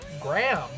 Graham